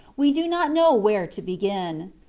we do not know where to begin.